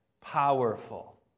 powerful